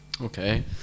Okay